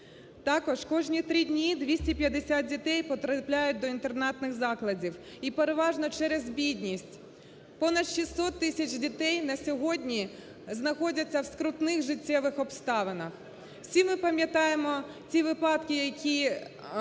Також кожні три дні 250 дітей потрапляють до інтернатних закладів і переважно через бідність. Понад 600 тисяч дітей на сьогодні знаходяться в скрутних життєвих обставинах. Всі ми пам'ятаємо ті випадки, які